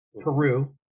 Peru